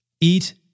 Eat